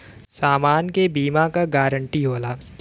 समान के बीमा क गारंटी होला